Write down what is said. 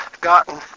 gotten